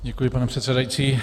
Děkuji, pane předsedající.